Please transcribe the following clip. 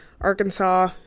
Arkansas